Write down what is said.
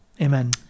Amen